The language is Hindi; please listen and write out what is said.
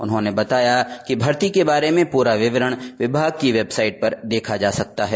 उन्होंने बताया कि भर्ती के बारे में पूरा विवरण विभाग की वेबसाइट पर देखा जा सकता है